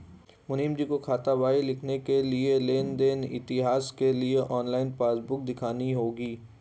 मुनीमजी को खातावाही लिखने के लिए लेन देन इतिहास के लिए ऑनलाइन पासबुक देखनी होगी